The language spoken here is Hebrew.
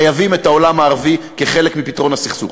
חייבים את העולם הערבי כחלק מפתרון הסכסוך.